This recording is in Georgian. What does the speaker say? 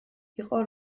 იყო